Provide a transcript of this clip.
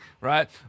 right